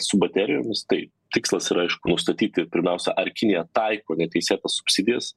su baterijomis tai tikslas yra aišku nustatyti pirmiausia ar kinija taiko neteisėtas subsidijas